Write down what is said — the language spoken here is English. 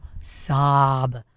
sob